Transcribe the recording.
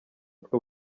two